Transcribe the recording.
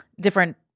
different